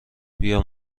بیا